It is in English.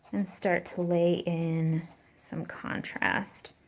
and start to lay in some contrast.